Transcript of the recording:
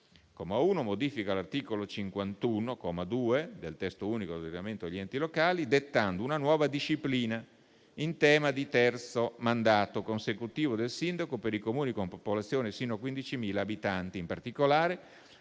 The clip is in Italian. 1 modifica l'articolo 51, comma 2, del Testo unico delle leggi sull'ordinamento degli enti locali, dettando una nuova disciplina in tema di terzo mandato consecutivo del sindaco per i Comuni con popolazione sino a 15.000 abitanti. In particolare,